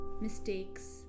mistakes